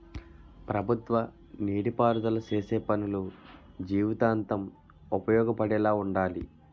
ప్రభుత్వ నీటి పారుదల సేసే పనులు జీవితాంతం ఉపయోగపడేలా వుండాలి